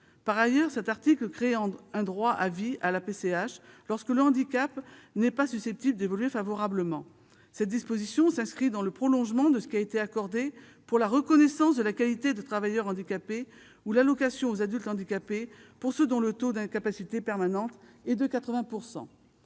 Par ailleurs, cet article crée un droit à vie à la PCH lorsque le handicap n'est pas susceptible d'évoluer favorablement. Cette disposition s'inscrit dans le prolongement de ce qui a été accordé pour la reconnaissance de la qualité de travailleur handicapé ou l'allocation aux adultes handicapés pour ceux dont le taux d'incapacité permanente est de 80 %.